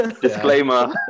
Disclaimer